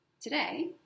today